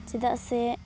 ᱪᱮᱫᱟᱜ ᱥᱮ